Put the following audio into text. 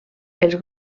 els